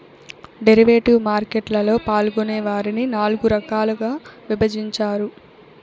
derivative market లలో పాల్గొనే వారిని నాల్గు రకాలుగా విభజించారు